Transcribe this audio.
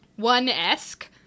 one-esque